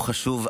הוא חשוב,